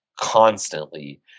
constantly